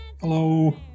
Hello